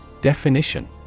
Definition